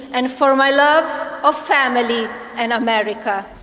and for my love of family and america.